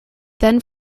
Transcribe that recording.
then